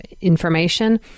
information